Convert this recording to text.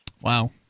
Wow